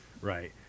Right